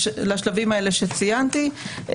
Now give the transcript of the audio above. לשלבים האלה שציינתי.